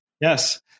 Yes